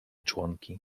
członki